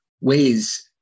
ways